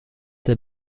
der